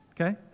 okay